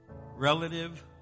relative